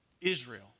Israel